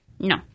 No